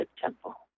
temple